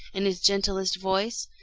in his gentlest voice,